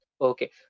Okay